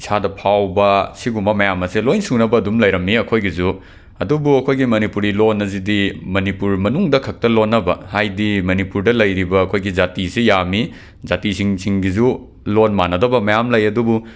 ꯏꯁꯥꯗ ꯐꯥꯎꯕ ꯑꯁꯤꯒꯨꯝꯕ ꯃꯌꯥꯝ ꯑꯁꯤ ꯂꯣꯏꯅ ꯁꯨꯅꯕ ꯑꯗꯨꯝ ꯂꯩꯔꯝꯃꯤ ꯑꯩꯈꯣꯏꯒꯤꯁꯨ ꯑꯗꯨꯕꯨ ꯑꯩꯈꯣꯏꯒꯤ ꯃꯅꯤꯄꯨꯔꯤ ꯂꯣꯟ ꯑꯁꯤꯗꯤ ꯃꯅꯤꯄꯨꯔ ꯃꯅꯨꯡꯗ ꯈꯛꯇ ꯂꯣꯟꯅꯕ ꯍꯥꯏꯗꯤ ꯃꯅꯤꯄꯨꯔꯗ ꯂꯩꯔꯤꯕ ꯑꯩꯈꯣꯏꯒꯤ ꯖꯥꯇꯤꯁꯤ ꯌꯥꯝꯃꯤ ꯖꯥꯇꯤꯁꯤꯡꯒꯤꯁꯨ ꯂꯣꯟ ꯃꯥꯟꯅꯗꯕ ꯃꯌꯥꯝ ꯂꯩꯌꯦ ꯑꯗꯨꯕꯨ